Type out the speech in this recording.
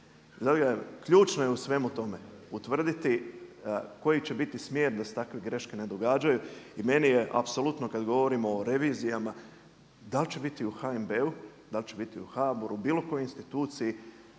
ključno je u svemu tome utvrditi koji će biti smjer da se takve greške ne događaju. I meni je apsolutno kada govorimo o revizijama da li će biti u HNB-u, da li će biti u HBOR-u, bilo kojoj instituciji